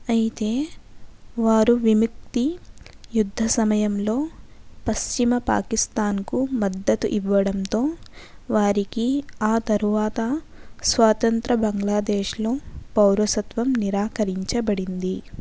అయితే వారు విముక్తి యుద్ధ సమయంలో పశ్చిమ పాకిస్తాన్కు మద్దతు ఇవ్వడంతో వారికి ఆ తరువాత స్వతంత్ర బంగ్లాదేశ్లో పౌరసత్వం నిరాకరించబడింది